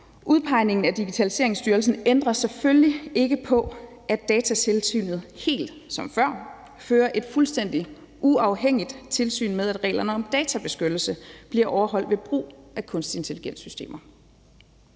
Udpegningen af Digitaliseringsstyrelsen ændrer selvfølgelig ikke på, at Datatilsynet helt som før fører et fuldstændig uafhængigt tilsyn med, at reglerne om databeskyttelse bliver overholdt ved brug af kunstig intelligens-systemer.